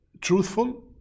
truthful